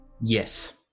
Yes